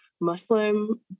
Muslim